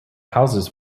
houses